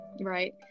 right